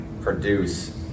produce